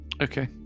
Okay